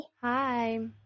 Hi